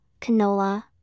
canola